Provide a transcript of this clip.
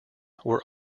were